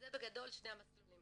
זה בגדול שני המסלולים.